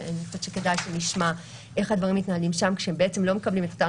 כדאי גם שנשמע איך הדברים מתנהלים שם כשהם לא מקבלים את אותן